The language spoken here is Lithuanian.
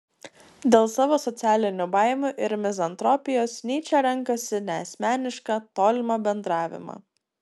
dėl savo socialinių baimių ir mizantropijos nyčė renkasi neasmenišką tolimą bendravimą